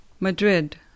Madrid